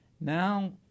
Now